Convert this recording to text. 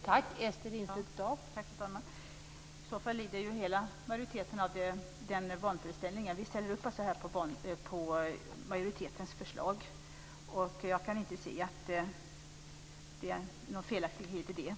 Fru talman! I så fall lider hela majoriteten av den vanföreställningen. Vi ställer alltså upp på majoritetens förslag, och jag kan inte se att det är någon felaktighet i det.